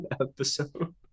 episode